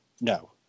no